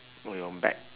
or your bag